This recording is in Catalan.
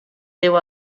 déu